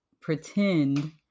pretend